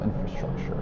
infrastructure